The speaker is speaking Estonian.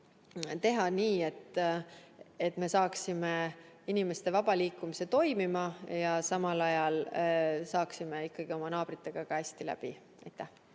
teha nii, et me saaksime inimeste vaba liikumise toimima ja samal ajal saaksime ikkagi oma naabritega hästi läbi.